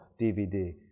DVD